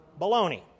baloney